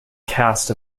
cast